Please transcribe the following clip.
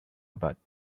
about